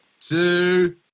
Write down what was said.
two